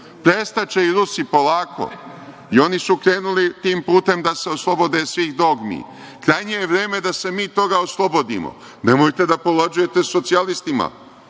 Prestaće i Rusi, polako i oni su krenuli tim putem da se oslobode svih dogmi. Krajnje je vreme da se mi toga oslobodimo. Nemojte da povlađujete socijalistima.